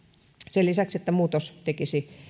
sen lisäksi että muutos tekisi